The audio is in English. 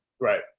Right